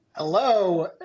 Hello